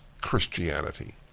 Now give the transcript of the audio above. Christianity